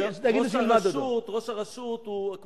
וראש הרשות הוא,